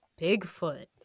Bigfoot